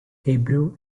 hebrew